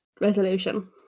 resolution